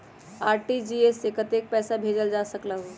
RTGS से कतेक पैसा भेजल जा सकहु???